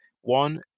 one